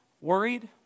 worried